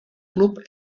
club